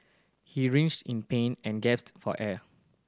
he writhed in pain and gasped for air